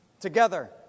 together